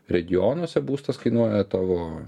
regionuose būstas kainuoja tavo